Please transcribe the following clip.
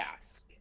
ask